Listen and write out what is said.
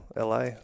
LA